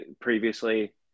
previously